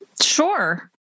Sure